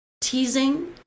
teasing